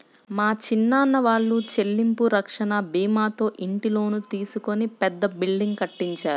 మా చిన్నాన్న వాళ్ళు చెల్లింపు రక్షణ భీమాతో ఇంటి లోను తీసుకొని పెద్ద బిల్డింగ్ కట్టించారు